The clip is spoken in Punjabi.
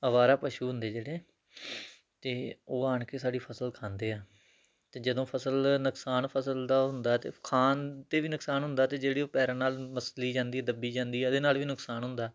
ਅਵਾਰਾ ਪਸ਼ੂ ਹੁੰਦੇ ਜਿਹੜੇ ਅਤੇ ਉਹ ਆਣ ਕੇ ਸਾਡੀ ਫਸਲ ਖਾਂਦੇ ਆ ਤਾਂ ਜਦੋਂ ਫਸਲ ਨੁਕਸਾਨ ਫਸਲ ਦਾ ਹੁੰਦਾ ਅਤੇ ਖਾਣ 'ਤੇ ਵੀ ਨੁਕਸਾਨ ਹੁੰਦਾ ਅਤੇ ਜਿਹੜੇ ਉਹ ਪੈਰਾਂ ਨਾਲ ਮਸਲੀ ਜਾਂਦੀ ਦੱਬੀ ਜਾਂਦੀ ਆ ਇਹਦੇ ਨਾਲ ਵੀ ਨੁਕਸਾਨ ਹੁੰਦਾ